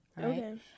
Okay